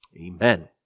Amen